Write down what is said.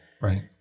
Right